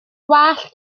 wallt